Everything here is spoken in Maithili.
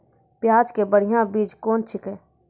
प्याज के बढ़िया बीज कौन छिकै?